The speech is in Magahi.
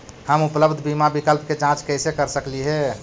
हम उपलब्ध बीमा विकल्प के जांच कैसे कर सकली हे?